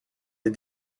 des